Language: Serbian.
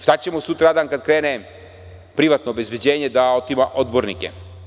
Šta ćemo sutradan kada krene privatno obezbeđenje da otima odbornike?